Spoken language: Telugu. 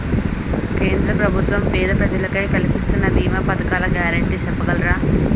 కేంద్ర ప్రభుత్వం పేద ప్రజలకై కలిపిస్తున్న భీమా పథకాల గ్యారంటీ చెప్పగలరా?